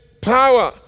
power